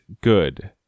good